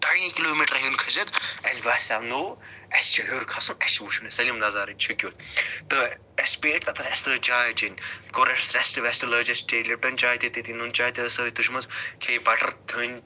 ڈایَن کلوٗمیٖٹرَن ہن کھٔسِتھ اَسہِ باسیو نوٚو اَسہِ چھُ ہیوٚر کھَسُن اَسہِ چھُ وُچھُن یہِ سٲلِم نَظارٕ یہِ چھُ کیُتھ تہٕ أسۍ بیٖٹھۍ تہٕ اَسہِ لٲج چاے چیٚن کوٚر اَسہِ ریٚسٹ ویٚسٹہٕ لٲج اَسہِ چے لِپٹَن چاے تہٕ تٔتھے نُن چاے تہِ ٲسۍ سۭتۍ تُجمٕژ کھے بَٹَر تھٔنۍ